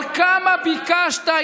אבל כמה ביקשת,